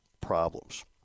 problems